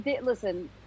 listen